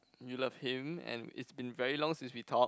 you love him and it's been very long since we talk